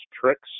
tricks